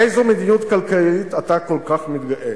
באיזו מדיניות כלכלית אתה כל כך מתגאה?